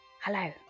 Hello